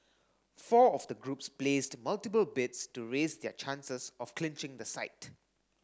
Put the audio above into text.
four of the groups placed multiple bids to raise their chances of clinching the site